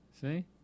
See